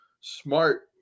smart